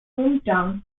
hometown